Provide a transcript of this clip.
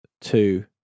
two